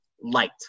light